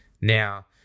Now